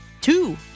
two